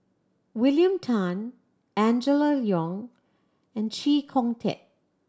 William Tan Angela Liong and Chee Kong Tet